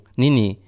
nini